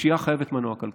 פשיעה חייבת מנוע כלכלי,